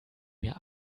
mir